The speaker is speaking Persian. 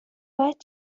باید